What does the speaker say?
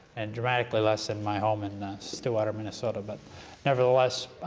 and dramatically less than my home in stillwater, minnesota, but nevertheless,